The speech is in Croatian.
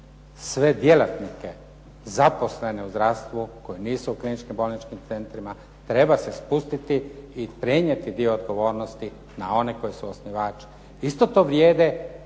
Sve djelatnike zaposlene u zdravstvu, koji nisu u kliničkim bolničkim centrima treba se spustiti i prenijeti dio odgovornosti na one koji su osnivač. Isto to vrijede